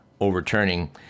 overturning